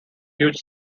huge